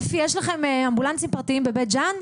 אפי יש לכם אמבולנסים פרטיים בבית ג'ן?